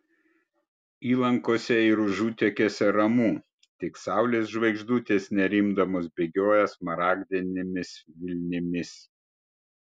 įlankose ir užutekiuose ramu tik saulės žvaigždutės nerimdamos bėgioja smaragdinėmis vilnimis